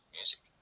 music